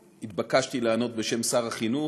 התבקשתי לענות בשם שר החינוך,